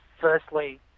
firstly